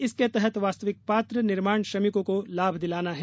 इसके तहत वास्तविक पात्र निर्माण श्रमिकों को लाभ दिलाना है